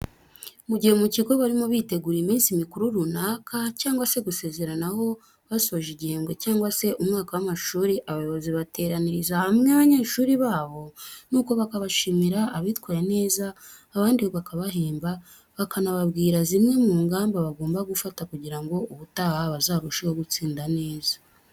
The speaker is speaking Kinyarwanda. Mu gihe mu kigo barimo bitegura iminsi mikuru runaka cyangwa se gusezeranaho basoje igihembwe cyangwa se umwaka w'amashuri abayobozi bateraniriza hamwe abanyeshuri babo nuko bakabashimira abitwaye neza, abandi bakabahemba bakanababwira zimwe mu ngamba bagomba gufata kugira ngo ubutaha bazarusheho gutsinda neza.